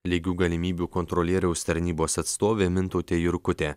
lygių galimybių kontrolieriaus tarnybos atstovė mintautė jurkutė